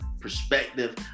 perspective